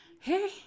Hey